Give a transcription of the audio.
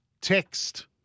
text